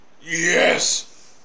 Yes